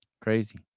Crazy